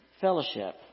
fellowship